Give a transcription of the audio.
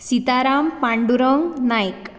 Sitaram Pandurang Naik